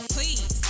Please